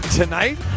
tonight